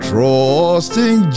Trusting